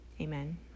Amen